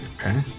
Okay